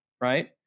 Right